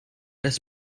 das